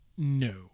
No